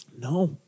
No